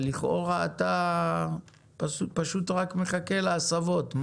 אבל לכאורה אתה פשוט רק מחכה להסבות.